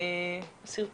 (הקרנת